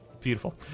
beautiful